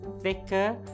thicker